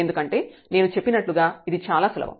ఎందుకంటే నేను చెప్పినట్లు ఇది చాలా సులభం